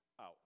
out